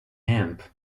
amp